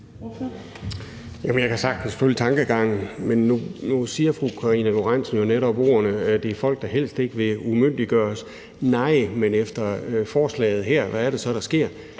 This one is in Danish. jeg kan sagtens følge tankegangen, men nu siger fru Karina Lorentzen Dehnhardt det netop med ordene, at det er folk, der helst ikke vil umyndiggøres. Nej, men efter forslaget her, hvad er det så, der sker?